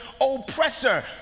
oppressor